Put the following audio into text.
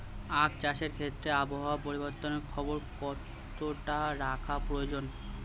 আখ চাষের ক্ষেত্রে আবহাওয়ার পরিবর্তনের খবর কতটা রাখা প্রয়োজন?